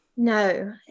No